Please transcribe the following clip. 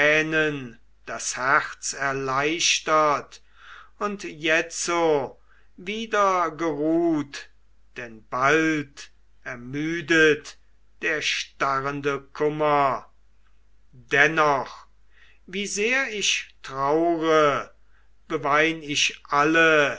das herz erleichtert und jetzo wieder geruht denn bald ermüdet der starrende kummer dennoch wie sehr ich traure bewein ich alle